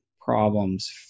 problems